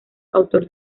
autor